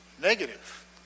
negative